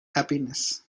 happiness